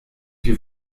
wir